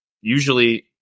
usually